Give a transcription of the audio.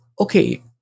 Okay